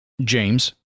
James